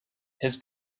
his